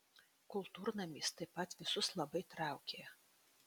kultūrnamis taip pat visus labai traukė